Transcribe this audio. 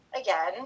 again